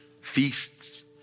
feasts